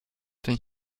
ten